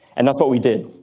and that's what we did.